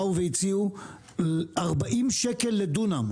באו והציעו 40 שקל לדונם,